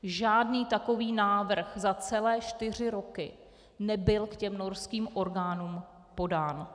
Žádný takový návrh za celé čtyři roky nebyl k norským orgán podán.